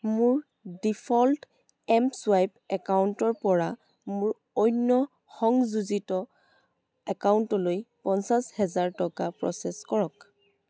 মোৰ default M swipe একাউণ্টৰ পৰা মোৰ অন্য সংযোজিত একাউণ্টলৈ পঞ্চাছ হেজাৰ টকা প্ৰ'চেছ কৰক